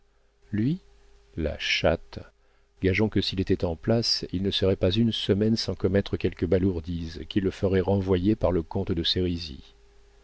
lui la chatte gageons que s'il était en place il ne serait pas une semaine sans commettre quelques balourdises qui le feraient renvoyer par le comte de